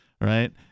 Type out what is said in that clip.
right